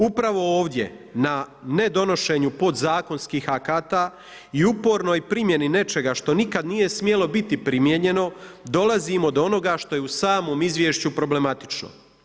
Upravo ovdje na ne donošenju podzakonskih akata i upornoj primjeni nečega što nikad nije smjelo biti primijenjeno, dolazimo do onoga što je u samom izvješću problematično.